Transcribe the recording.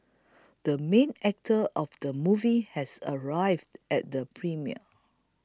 the main actor of the movie has arrived at the premiere